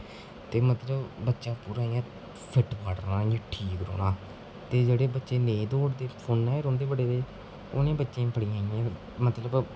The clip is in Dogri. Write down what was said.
ते मतलब बच्चे पूरा इ'यां फिट फाट रौह्ना इ'यां ठीक रौह्ना ते जेह्डे़ बच्चे नेईं दौड़दे फोने च रौंह्दे बडे़ दे उ'नें बच्चें गी बड़ा इ'यां मतलब